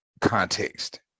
context